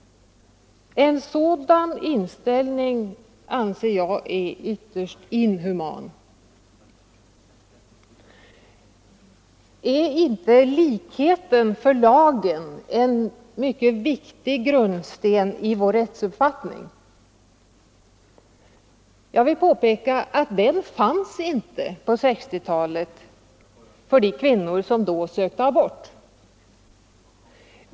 En sådan inställning anser jag är ytterst inhuman. Är inte likhet inför lagen en mycket viktig grundsten i vår rättsuppfattning? Den fanns inte på 1960-talet för de kvinnor som då sökte abort.